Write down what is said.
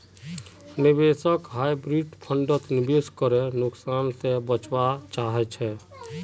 निवेशक हाइब्रिड फण्डत निवेश करे नुकसान से बचवा चाहछे